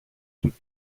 του